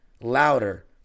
louder